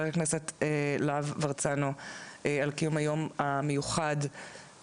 הכנסת להב הרצנו על קיום היום המיוחד.